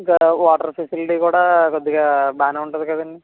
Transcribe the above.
ఇంకా water facility కూడా కొద్దిగా బాగా ఉంటుంది కదండి